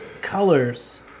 colors